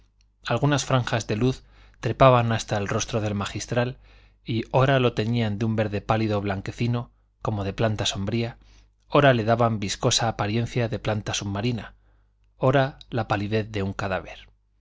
algunas franjas de luz trepaban hasta el rostro del magistral y ora lo teñían con un verde pálido blanquecino como de planta sombría ora le daban viscosa apariencia de planta submarina ora la palidez de un cadáver